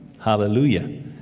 Hallelujah